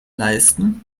leisten